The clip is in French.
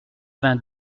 vingt